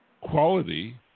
quality